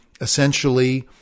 essentially